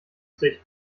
dich